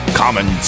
common